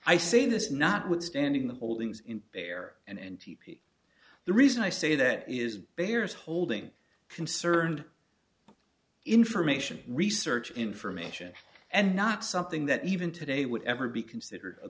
i say this not withstanding the holdings in bear and n t p the reason i say that is bears holding concerned information research information and not something that even today would ever be considered a